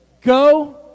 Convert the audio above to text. Go